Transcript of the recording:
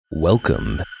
Welcome